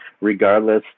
regardless